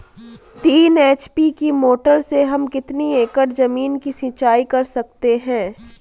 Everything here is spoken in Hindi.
तीन एच.पी की मोटर से हम कितनी एकड़ ज़मीन की सिंचाई कर सकते हैं?